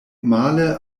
male